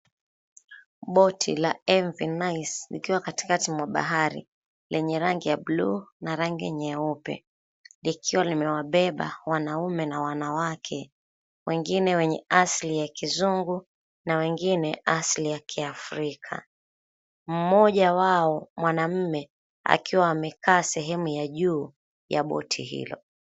Boti la MV Nyc likiwa katikati ya bahari lenye rangi ya buluu na rangi nyeupe, likiwa limewabeba wanaume na wanawake, wengine wenye asili ya kizungu na wengine asili ya kiafrika, mmoja wao mwanamume aniwa amekaa sehemu ya juu y boti hilo.